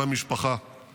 על המשפחה";